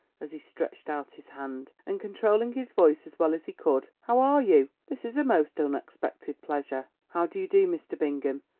as he stretched out his hand, and controlling his voice as well as he could. how are you? this is a most unexpected pleasure. how do you do, mr. bingham?